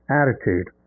attitude